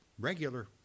regular